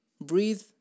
breathe